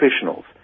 professionals